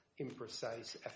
imprecise